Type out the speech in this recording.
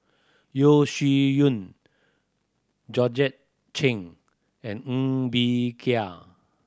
Yeo Shih Yun Georgette Chen and Ng Bee Kia